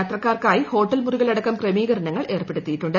യാത്രക്കാർക്കായി hotel മുറികളടക്കം ക്രമീകരണങ്ങൾ ഏർപ്പെടുത്തിയിട്ടുണ്ട്